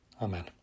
Amen